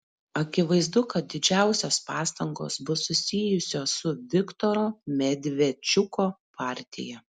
akivaizdu kad didžiausios pastangos bus susijusios su viktoro medvedčiuko partija